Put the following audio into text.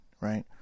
Right